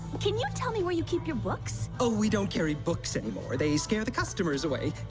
can you tell me where you keep your books? oh, we don't carry books anymore they scare the customers away,